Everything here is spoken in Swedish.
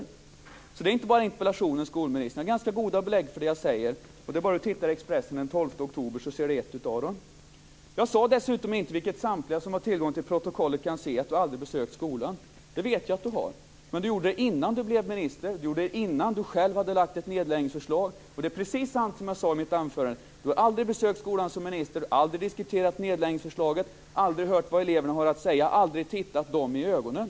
Det handlar alltså inte bara om interpellationen, skolministern. Jag har ganska goda belägg för det jag säger. Det är bara att titta i Expressen från den 12 oktober så ser man ett av dem. Jag sade dessutom inte, vilket samtliga som har tillgång till protokollet kan se, att Ingegerd Wärnersson aldrig har besökt skolan. Det vet jag att hon har, men hon gjorde det innan hon blev minister, innan hon själv hade lagt fram ett nedläggningsförslag. Det är precis sant, som jag sade i mitt anförande, att hon aldrig har besökt skolan som minister, aldrig diskuterat nedläggningsförslaget, aldrig hört vad elverna har att säga, aldrig tittat dem i ögonen.